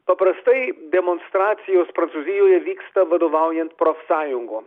paprastai demonstracijos prancūzijoje vyksta vadovaujant profsąjungom